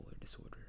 disorder